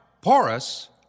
porous